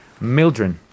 Mildren